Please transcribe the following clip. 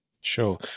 Sure